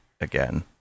again